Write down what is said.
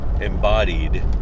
embodied